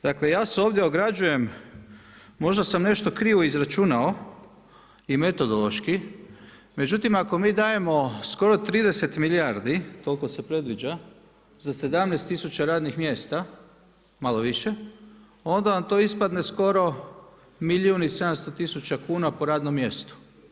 Dakle, ja se ovdje ograđujem, možda sam nešto krivo izračunao i metodološki, međutim ako mi dajemo skoro 30 milijardi toliko se predviđa za 17 tisuća radnih mjesta malo više, onda vam to ispadne skoro milijun i 700 tisuća kuna po radnom mjestu.